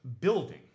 building